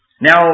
Now